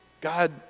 God